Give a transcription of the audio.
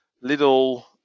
little